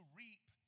reap